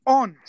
on